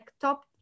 top